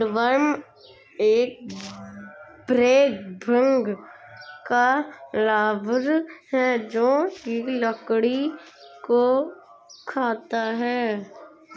woodworm एक भृंग का लार्वा है जो की लकड़ी को खाता है